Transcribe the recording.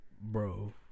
Bro